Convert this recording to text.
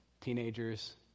teenagers